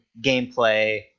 gameplay